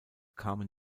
kamen